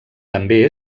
també